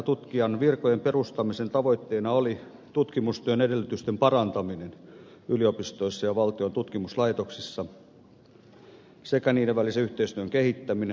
tutkijanvirkojen perustamisen tavoitteena oli tutkimustyön edellytysten parantaminen yliopistoissa ja valtion tutkimuslaitoksissa sekä niiden välisen yhteistyön kehittäminen